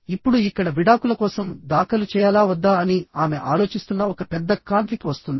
ఇప్పుడు ఇక్కడ విడాకుల కోసం దాఖలు చేయాలా వద్దా అని ఆమె ఆలోచిస్తున్న ఒక పెద్ద కాన్ఫ్లిక్ట్ వస్తుంది